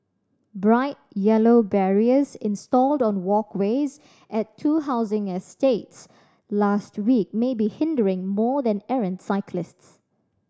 bright yellow barriers installed on walkways at two housing estates last week may be hindering more than errant cyclists